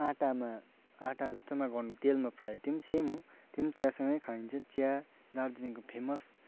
आँटामा आँटा जस्तोमा गर्नु तेलमा फ्राई त्यो पनि सेम हो त्यो पनि चियासँगै खाइन्छ चिया दार्जिलिङको फेमस